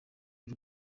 y’u